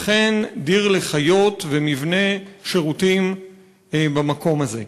וכן דיר לחיות ומבנה שירותים במקום הזה,